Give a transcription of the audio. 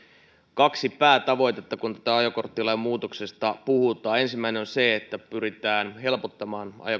kaksi päätavoitetta kun ajokorttilain muutoksesta puhutaan ensimmäinen on se että pyritään helpottamaan ajokortin